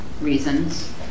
reasons